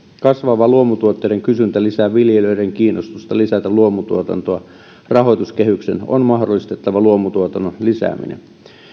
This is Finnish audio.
kasvava luomutuotteiden kysyntä lisää viljelijöiden kiinnostusta lisätä luomutuotantoa rahoituskehyksen on mahdollistettava luomutuotannon lisääminen